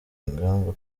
ingamba